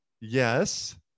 Yes